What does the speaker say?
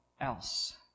else